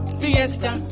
fiesta